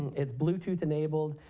it's bluetooth enabled,